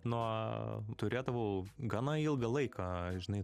nuo turėdavau gana ilgą laiką žinai